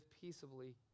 peaceably